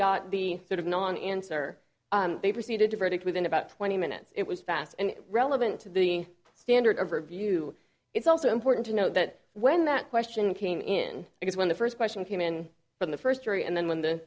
got the sort of non answer they proceeded to verdict within about twenty minutes it was fast and relevant to the standard of review it's also important to note that when that question came in because when the first question came in from the first jury and then when the